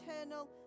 eternal